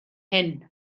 hyn